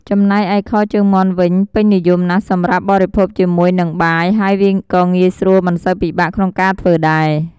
ចំណែកឯ ខជើងមាន់វិញពេញនិយមណាស់សម្រាប់បរិភៅគជាមួយនឹងបាយ ហើយវាក៏ងាយស្រួលមិនសូវពិបាកក្នុងការធ្វើដែរ។